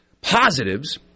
positives